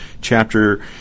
chapter